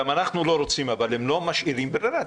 גם אנחנו לא רוצים אבל הם לא משאירים ברירה,